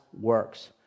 works